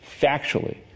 factually